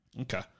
Okay